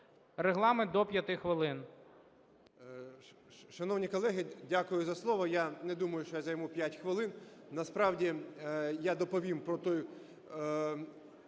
Регламент до 5 хвилин.